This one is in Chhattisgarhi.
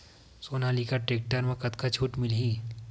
सोनालिका टेक्टर म कतका छूट मिलही?